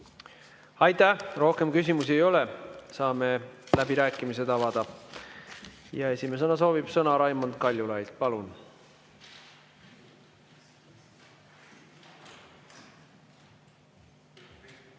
Aitäh! Rohkem küsimusi ei ole, saame läbirääkimised avada. Esimesena soovib sõna Raimond Kaljulaid. Palun!